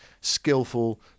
skillful